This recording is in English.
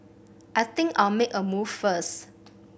I think I'll make a move first